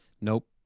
Nope